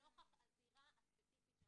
ואת הפער בין ההסכמה כאן לאי ההסכמה כאן.